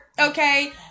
okay